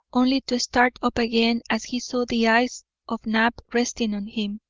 only to start up again as he saw the eyes of knapp resting on him.